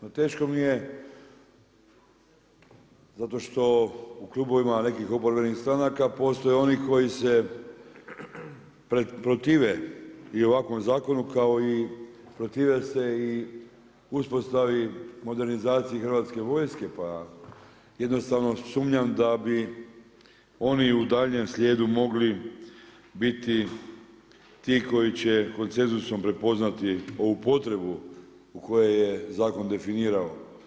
No teško mi je, zato što u klubovima nekih oporbenih stranaka postoji oni koji se protive i ovakvom zakonu kao i protive se uspostavi modernizaciji hrvatske vojske pa jednostavno sumnjam da bi oni u daljnjem slijedu mogli biti ti koji će konsenzusom prepoznati ovu potrebu koju je zakon definirao.